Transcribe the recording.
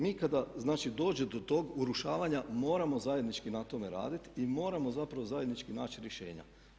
Mi kada znači dođe do tog urušavanja moramo zajednički na tome raditi i moramo zapravo zajednički naći rješenja.